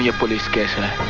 yeah police case.